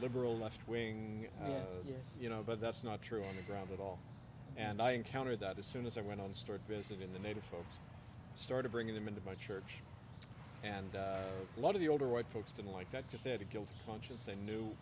liberal left wing yes you know but that's not true on the ground at all and i encountered that as soon as i went on start visit in the native folks started bringing them into my church and a lot of the older white folks didn't like that just had a guilty conscience they knew